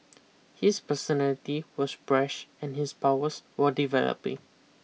his personality was brash and his powers were developing